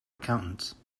accountants